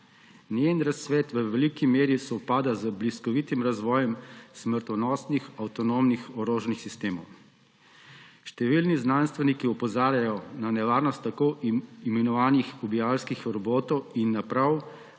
Njen razcvet v veliki meri sovpada z bliskovitim razvojem smrtonosnih avtonomnih orožnih sistemov. Številni znanstveniki opozarjajo na nevarnost tako imenovanih ubijalskih robotov in naprav,